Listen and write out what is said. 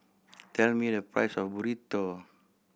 tell me the price of Burrito